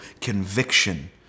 conviction